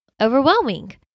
overwhelming